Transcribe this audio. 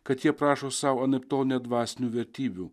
kad jie prašo sau anaiptol ne dvasinių vertybių